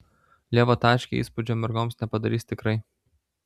lieva tačkė įspūdžio mergoms nepadarys tikrai